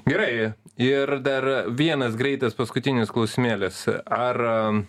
gerai ir dar vienas greitas paskutinis klausimėlis ar